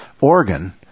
organ